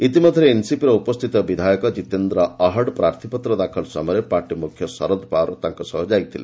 ଇତିମଧ୍ୟରେ ଏନ୍ସିପିର ଉପସ୍ଥିତ ବିଧାୟକ ଜିତେନ୍ଦ୍ର ଅହାଡ୍ଙ୍କ ପ୍ରାର୍ଥୀପତ୍ର ଦାଖଲ ସମୟରେ ପାର୍ଟିମୁଖ୍ୟ ଶରଦ ପାଓ୍ୱାର ତାଙ୍କ ସହ ଯାଇଥିଲେ